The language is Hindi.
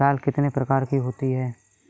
दाल कितने प्रकार की होती है?